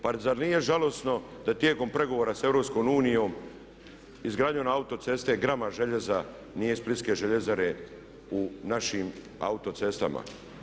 Pa zar nije žalosno da tijekom pregovora sa EU izgradnju autoceste grama željeza nije iz splitske željezare u našim autocestama.